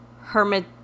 Hermit